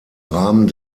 rahmen